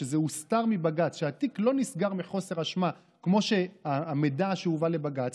שזה הוסתר מבג"ץ שהתיק לא נסגר מחוסר אשמה כמו במידע שהובא לבג"ץ,